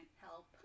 help